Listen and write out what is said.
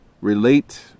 relate